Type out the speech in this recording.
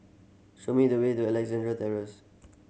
show me the way to Alexandra Terrace